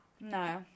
No